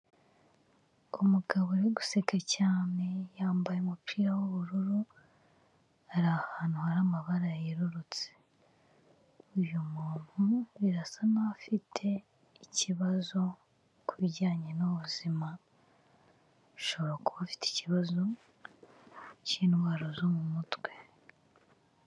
Umugabo uri guseka cyane yambaye umupira w'ubururu, ari ahantu hari amabara yerurutse. Uyu muntu birasa nkaho afite ikibazo ku bijyanye n'ubuzima. Ahobora kuba ufite ikibazo cy'indwara zo mu mutwe.